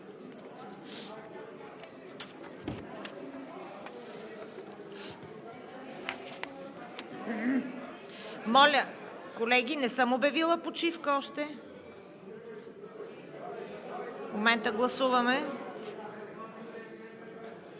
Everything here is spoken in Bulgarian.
Колеги, не съм обявила почивка още, в момента гласуваме!